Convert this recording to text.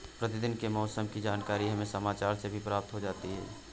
प्रतिदिन के मौसम की जानकारी हमें समाचार से भी प्राप्त हो जाती है